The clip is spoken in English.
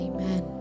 Amen